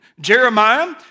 Jeremiah